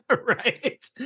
Right